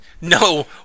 No